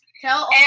Tell